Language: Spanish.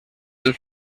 del